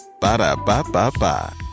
Ba-da-ba-ba-ba